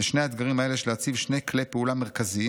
לשני האתגרים האלה יש להציב שני כלי פעולה מרכזיים,